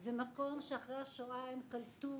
זה מקום שאחרי השואה הם קלטו